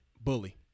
Bully